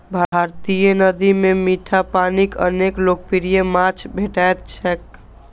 भारतीय नदी मे मीठा पानिक अनेक लोकप्रिय माछ भेटैत छैक